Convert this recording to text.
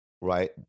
right